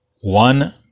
one